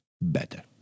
better